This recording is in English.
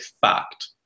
fact